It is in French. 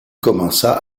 commença